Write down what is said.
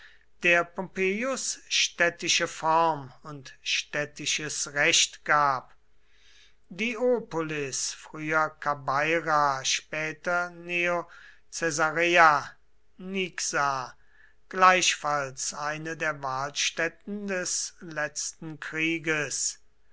der pompeius städtische form und städtisches recht gab diopolis früher kabeira später neo caesarea niksar gleichfalls eine der walstätten des letzten krieges